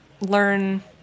learn